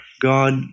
God